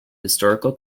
historical